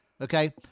Okay